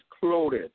clothed